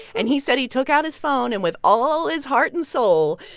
and he said he took out his phone and, with all his heart and soul,